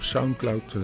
Soundcloud